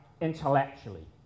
intellectually